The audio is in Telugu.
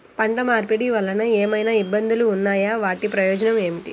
పంట మార్పిడి వలన ఏమయినా ఇబ్బందులు ఉన్నాయా వాటి ప్రయోజనం ఏంటి?